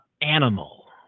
animal